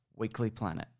weeklyplanet